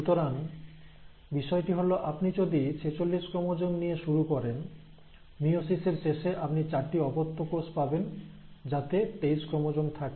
সুতরাং বিষয়টি হল আপনি যদি 46 ক্রোমোজোম নিয়ে শুরু করেন মিয়োসিসের শেষে আপনি চারটি অপত্য কোষ পাবেন যাতে 23 ক্রোমোজোম থাকে